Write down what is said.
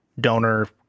donor